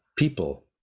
People